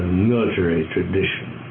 military tradition.